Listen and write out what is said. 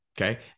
Okay